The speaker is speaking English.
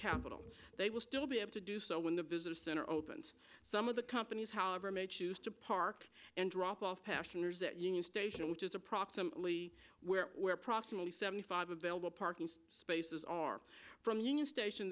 capital they will still be able to do so when the visitor center opens some of the companies however may choose to park and drop off passengers at union station which is approximately where proximity seventy five available parking spaces are from union station